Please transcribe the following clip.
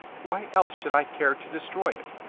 why else should i care to destroy it?